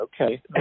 Okay